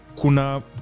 kuna